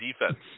defense